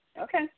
Okay